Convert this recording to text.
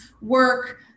work